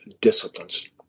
disciplines